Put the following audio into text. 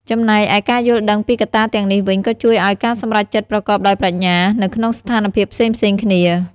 ចំណែកឯការយល់ដឹងពីកត្តាទាំងនេះវិញក៏ជួយឲ្យការសម្រេចចិត្តប្រកបដោយប្រាជ្ញា នៅក្នុងស្ថានភាពផ្សេងៗគ្នា។